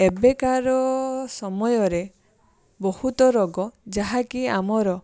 ଏବେକାର ସମୟରେ ବହୁତ ରୋଗ ଯାହାକି ଆମର